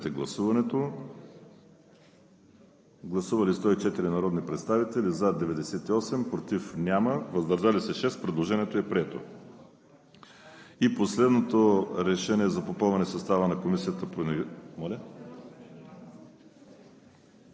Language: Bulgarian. гласуване. Гласували 98 народни представители: за 92, против няма, въздържали се 6. Предложението е прието. И последното предложение е „РЕШЕНИЕ за попълване състава на Комисията по